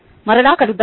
మరలా కలుద్దాం